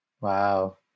Wow